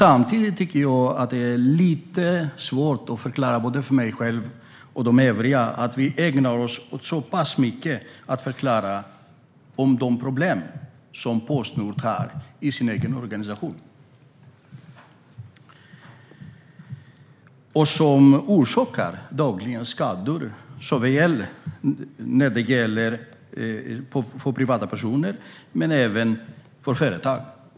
Samtidigt tycker jag att det är lite svårt att förklara både för mig själv och för andra att vi ägnar oss så pass mycket åt att förklara de problem som Postnord har i sin egen organisation och som dagligen orsakar skador såväl för privatpersoner som för företag.